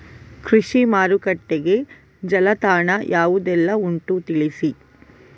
ಕೃಷಿ ಮಾರುಕಟ್ಟೆಗೆ ಜಾಲತಾಣ ಯಾವುದೆಲ್ಲ ಉಂಟು ತಿಳಿಸಿ